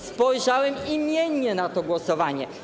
Spojrzałem imiennie na to głosowanie.